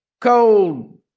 cold